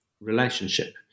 relationship